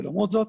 ולמרות זאת,